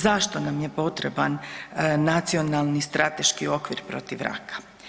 Zašto nam je potreban Nacionalni strateški okvir protiv raka?